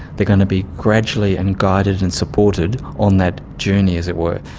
they going to be gradually and guided and supported on that journey, as it were.